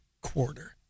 quarter